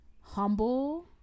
humble